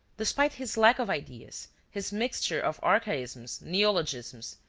despite his lack of ideas, his mixture of archaisms, neologisms,